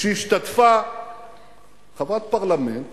חברת פרלמנט